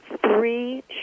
three